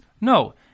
no